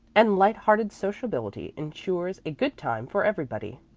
and light-hearted sociability ensures a good time for everybody.